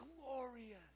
glorious